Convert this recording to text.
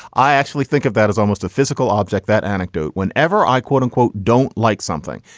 i actually think of that as almost a physical object. that anecdote, whenever i quote unquote, don't like something.